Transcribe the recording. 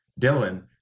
Dylan